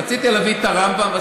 רציתי להביא את הרמב"ם,